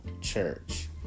church